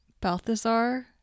Balthazar